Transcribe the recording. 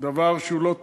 דבר שהוא לא תקין.